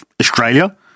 Australia